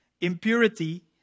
impurity